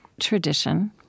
tradition